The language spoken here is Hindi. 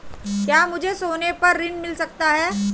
क्या मुझे सोने पर ऋण मिल सकता है?